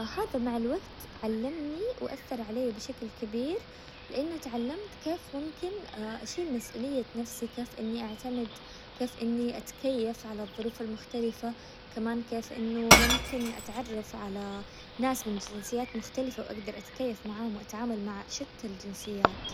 هذا مع الوقت علمني وأثر عليا بشكل كبير، لأنه تعلمت كيف ممكن أشيل مسئولية نفسي كيف إني أعتمد كيف إني أتكيف على الظروف المختلفة، كمان كيف إنه ممكن أتعرف على ناس من جنسيات مختلفة وأقدر أتكيف معاهم، وأتعامل مع شتى الجنسيات.